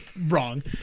wrong